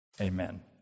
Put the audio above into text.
Amen